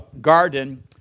garden